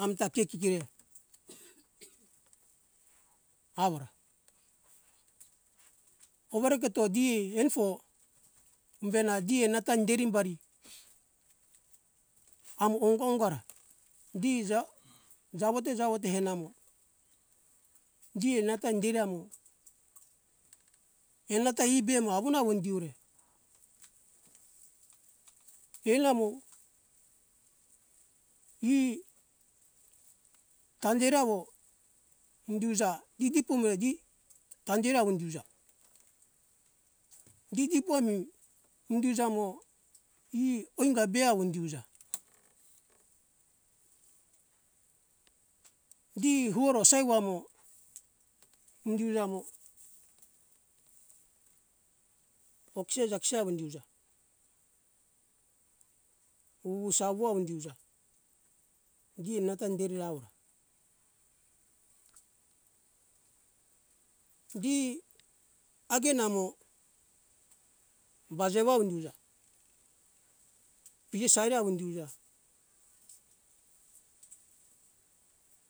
Amta ke kikere awora owereketo di enifo imbena di enata inderi bari amo onga ongara di ja jawote jawote henamo di nata inderi amo enanata ibe mo awuna awun di eore ai namo e tanderawo mundiuja didi pumere di tanderawo indi euja didi puami indi euja mo e oigabe awo indi euja di horo saiwa mo indi euja mo okisa jakisa wendi euja wowo sawo indi euja di natan dere awora di agen namo bajewa indi euja pige sari awo indi euja